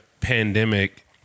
pandemic